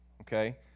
Okay